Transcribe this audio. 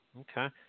Okay